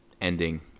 ending